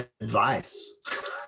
advice